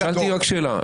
שאלתי רק שאלה.